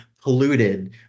polluted